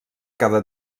cada